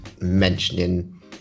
mentioning